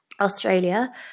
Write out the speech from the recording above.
Australia